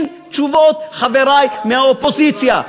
חברי מהאופוזיציה,